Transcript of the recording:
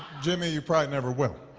jimmy, you probably never will.